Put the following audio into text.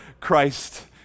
Christ